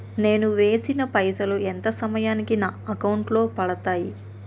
నేను వేసిన పైసలు ఎంత సమయానికి నా అకౌంట్ లో పడతాయి?